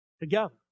Together